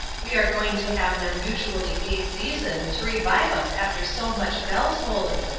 we are going to have an unusually gay season to revive us after so much bell-tolling.